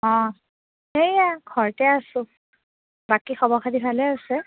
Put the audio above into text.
অঁ এয়া ঘৰতে আছোঁ বাকী খবৰ খাতি ভালে আছে